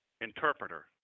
interpreter